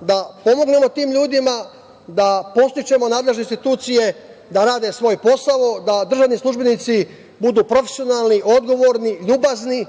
da pomognem tim ljudima, da podstičemo nadležne institucije, da rade svoj posao, da državni službenici budu profesionalni, odgovorni, ljubazni,